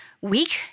week